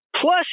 plus